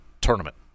tournament